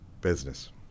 business